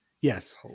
Yes